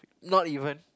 not even